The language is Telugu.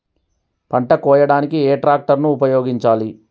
పంట కోయడానికి ఏ ట్రాక్టర్ ని ఉపయోగించాలి?